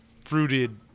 fruited